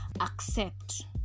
accept